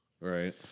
right